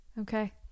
Okay